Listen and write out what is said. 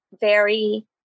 very-